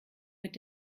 mit